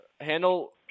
handle